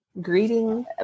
greeting